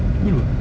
ya ke